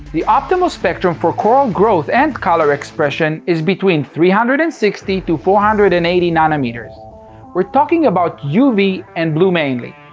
the optimal spectrum for coral growth and color expression, is between three hundred and sixty to four hundred and eighty nm. um you know we're talking about uv and blue mainly,